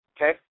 okay